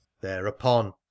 thereupon